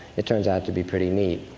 it turns out to be pretty neat.